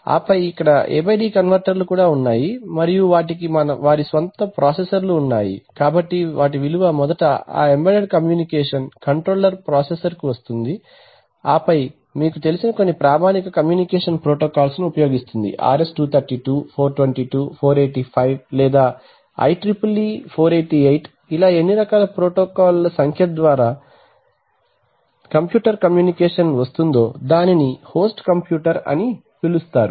ఆపై ఇక్కడ AD కన్వర్టర్లు కూడా ఉన్నాయి మరియు వాటికి వారి స్వంత ప్రాసెసర్లు ఉన్నాయి కాబట్టి విలువ మొదట ఆ ఎంబెడెడ్ కమ్యూనికేషన్ కంట్రోలర్ ప్రాసెసర్కు వస్తోంది ఆపై మీకు తెలిసిన కొన్ని ప్రామాణిక కమ్యూనికేషన్ ప్రోటోకాల్స్ ను ఉపయోగిస్తుంది RS 232 422 485 లేదా IEEE 488 ఎన్ని ప్రోటోకాల్ల సంఖ్య ద్వారా కంప్యూటర్ కమ్యూనికేషన్ వస్తుందో దాన్ని హోస్ట్ కంప్యూటర్ అని పిలుస్తారు